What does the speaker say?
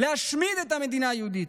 להשמיד את המדינה היהודית.